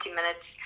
minutes